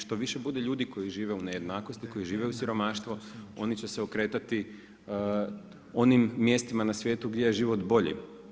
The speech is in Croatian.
Što više bude ljudi koji žive u nejednakosti, koji žive u siromaštvu, oni će se okretati onim mjestima na svijetu gdje je život bolji.